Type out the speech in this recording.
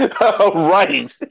Right